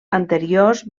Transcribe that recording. anteriors